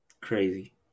Crazy